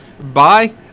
bye